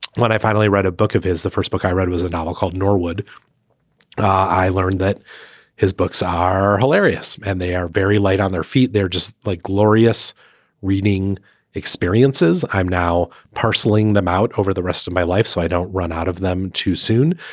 when i finally read a book of his, the first book i read, it was a novel called norwood i learned that his books are hilarious and they are very light on their feet. feet. they're just like glorious reading experiences. i'm now parceling them out over the rest of my life so i don't run out of them too soon.